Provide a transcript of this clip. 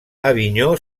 avinyó